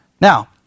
Now